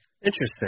Interesting